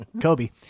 Kobe